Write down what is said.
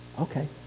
Okay